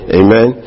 amen